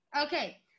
Okay